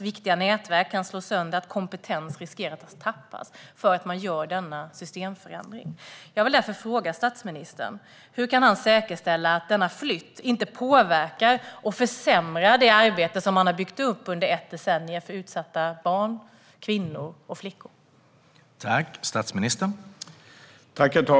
Viktiga nätverk kan slås sönder och kompetens riskerar att tappas för att man gör denna systemförändring. Hur kan statsministern säkerställa att denna flytt inte påverkar och försämrar det arbete för utsatta barn, flickor och kvinnor som har byggts upp under ett decennium?